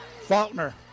Faulkner